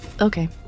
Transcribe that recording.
Okay